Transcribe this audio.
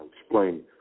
explain